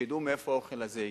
שידעו מאיפה האוכל הזה הגיע,